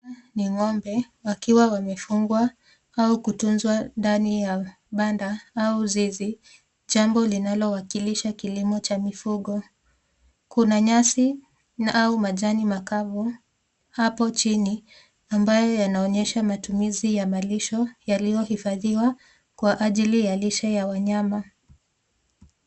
Ni ngombe wakiwa wamefungwa au kutunzwa ndani ya banda au zizi, jambo linalo wakilisha kilimo cha mifugo. Kuna nyasi au majani makavu hapo chini, ambaye yanaonyesha matumizi ya malisho yalio hifadhiwa kwa ajili ya lishe ya wanayama.